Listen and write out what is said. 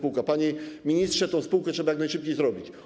Panie ministrze, tę spółkę trzeba jak najszybciej utworzyć.